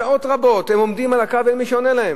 שעות רבות הם עומדים על הקו ואין מי שעונה להם.